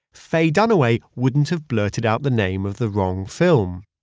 faye dunaway wouldn't have blurted out the name of the wrong film.